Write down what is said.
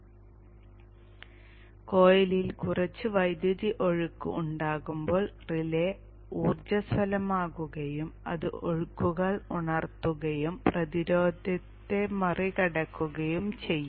അതിനാൽ കോയിലിൽ കുറച്ച് വൈദ്യുതി ഒഴുക്ക് ഉണ്ടാകുമ്പോൾ റിലേ ഊർജ്ജസ്വലമാക്കുകയും അത് ഒഴുക്കുകൾ ഉണർത്തുകയും പ്രതിരോധത്തെ മറികടക്കുകയും ചെയ്യും